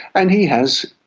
and he has,